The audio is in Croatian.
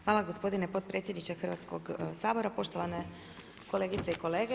Hvala gospodine potpredsjedniče Hrvatskoga sabora, poštovane kolegice i kolege.